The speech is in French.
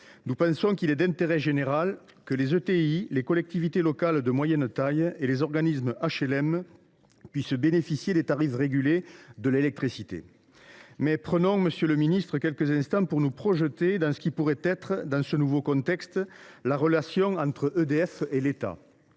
nos yeux, il est d’intérêt général que les ETI, les collectivités territoriales de taille moyenne et les organismes d’HLM puissent bénéficier des tarifs régulés de l’électricité. Monsieur le ministre, prenons quelques instants pour nous projeter vers ce que pourrait être, dans ce nouveau contexte, la relation entre EDF et l’État.